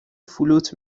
فلوت